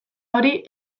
hori